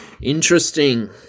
Interesting